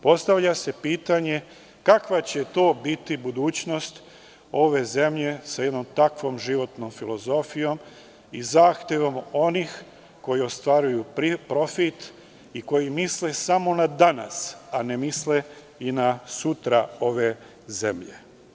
Postavlja se pitanje - kakva će to biti budućnost ove zemlje sa jednom takvom životnom filozofijom i zahtevom onih koji ostvaruju profit i koji misle samo na danas, a ne misle i na sutra ove zemlje?